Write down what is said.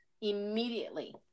immediately